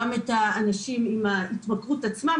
גם אנשים עם ההתמכרות עצמה.